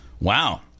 Wow